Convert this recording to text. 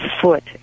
foot